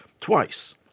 twice